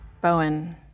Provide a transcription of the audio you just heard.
Bowen